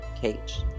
cage